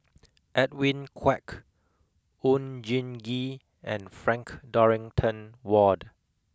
Edwin Koek Oon Jin Gee and Frank Dorrington Ward